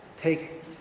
take